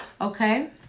Okay